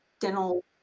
dental